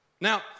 Now